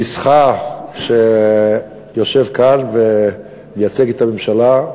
גיסך, שיושב כאן ומייצג את הממשלה,